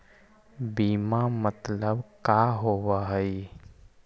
बीमा मतलब का होव हइ?